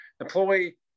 Employee